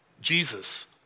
Jesus